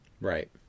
right